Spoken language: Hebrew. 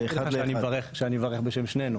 זה ייחשב שאני מברך בשם שנינו